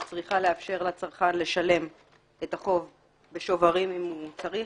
היא צריכה לאפשר לצרכן לשלם את החוק בשוברים אם הוא צריך,